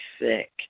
sick